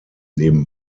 neben